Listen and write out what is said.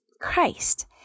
Christ